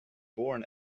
born